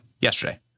yesterday